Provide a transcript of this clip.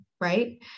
Right